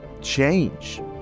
change